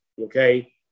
okay